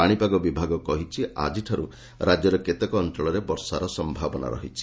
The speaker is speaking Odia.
ପାଶିପାଗ ବିଭାଗ କହିଛି ଆଜିଠାରୁ ରାଜ୍ୟର କେତେକ ଅଞ୍ଞଳରେ ବର୍ଷାର ସମ୍ଭାବନା ରହିଛି